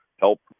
help